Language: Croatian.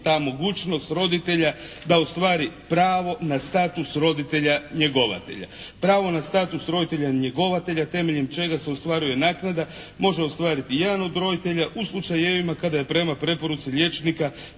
ta mogućnost roditelja da ostvari pravo na status roditelja njegovatelja. Pravo na status roditelja njegovatelja temeljem čega se ostvaruje naknada može ostvariti jedan od roditelja u slučajevima kada je prema preporuci liječnika